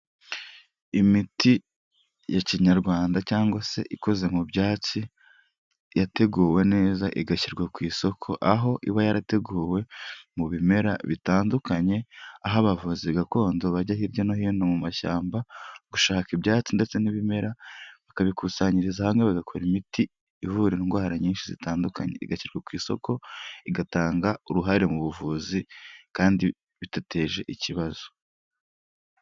Imiti ya kinyarwanda cyangwa se ikoze mu byatsi, yateguwe neza igashyirwa ku isoko, aho iba yarateguwe mu bimera bitandukanye, aho abavuzi gakondo bajya hirya no hino mu mashyamba gushaka ibyatsi ndetse n'ibimera, bakabikusanyiriza hamwe bagakora imiti ivura indwara nyinshi zitandukanye, igashyirwa ku isoko igatanga uruhare mu buvuzi kandi bidateje ikibazo.